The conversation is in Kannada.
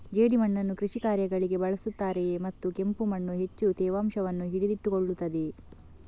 ಜೇಡಿಮಣ್ಣನ್ನು ಕೃಷಿ ಕಾರ್ಯಗಳಿಗೆ ಬಳಸುತ್ತಾರೆಯೇ ಮತ್ತು ಕೆಂಪು ಮಣ್ಣು ಹೆಚ್ಚು ತೇವಾಂಶವನ್ನು ಹಿಡಿದಿಟ್ಟುಕೊಳ್ಳುತ್ತದೆಯೇ?